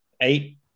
eight